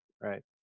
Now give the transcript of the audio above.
right